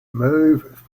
move